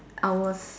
hours